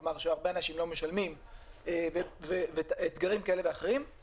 כלומר הרבה אנשים לא משלמים ועוד אתגרים כאלה ואחרים,